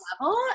level